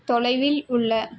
தொலைவில் உள்ள